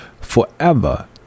forever